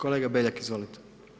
Kolega Beljak, izvolite.